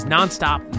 Nonstop